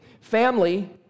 family